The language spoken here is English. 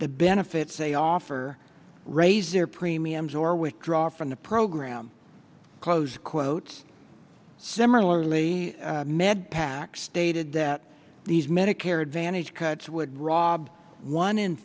the benefits they offer raise their premiums or withdraw from the program close quote similarly med pac stated that these medicare advantage cuts would rob one in